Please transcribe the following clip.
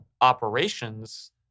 operations